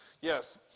yes